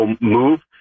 move